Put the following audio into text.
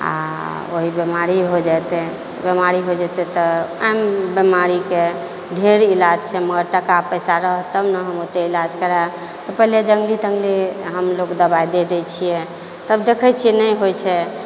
आ ओही बीमारी हो जेतै बीमारी हो जेतै तऽ बिमारीके ढेर इलाज छै मगर टाका पैसा रहत तब ना हम ओतेक इलाज कराएब कहलियै जङ्गली तङ्गली हम लोग दवाइ दऽ दै छियै तब देखै छियै नहि होइ छै